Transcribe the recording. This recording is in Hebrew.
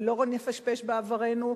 ולא נפשפש בעברנו,